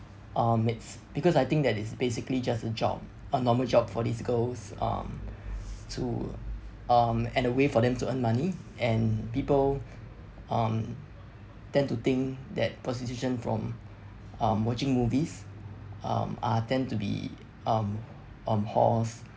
um it's because I think that it's basically just a job a normal job for these girls um to um and a way for them to earn money and people um tend to think that prostitution from um watching movies um are tend to be um um whores